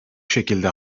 şekilde